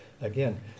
again